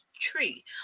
tree